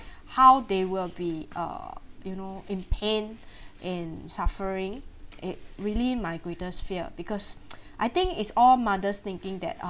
how they will be err you know in pain and suffering it really my greatest fear because I think it's all mothers thinking that